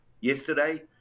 yesterday